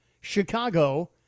Chicago